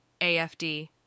AFD